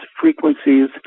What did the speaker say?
frequencies